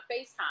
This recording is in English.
FaceTime